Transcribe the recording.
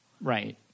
Right